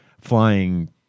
flying